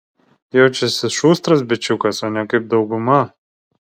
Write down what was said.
jaučiasi šustras bičiukas o ne kaip dauguma